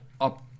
up